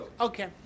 okay